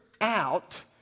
out